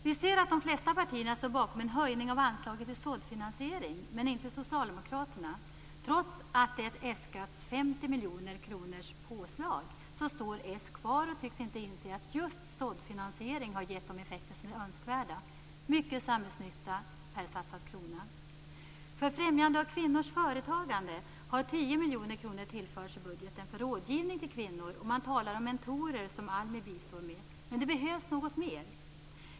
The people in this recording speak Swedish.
Vi ser att de flesta partierna står bakom en höjning av anslaget till såddfinansiering, men inte socialdemokraterna. Trots att det äskats 50 miljoner kronors påslag, så står s kvar och tycks inte inse att just såddfinansiering har gett de effekter som är önskvärda, mycket samhällsnytta per satsad krona. miljoner kronor tillförts i budgeten för rådgivning till kvinnor, och man talar om mentorer som ALMI bistår med. Men det behövs något mera.